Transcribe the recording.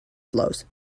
flows